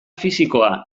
fisikoa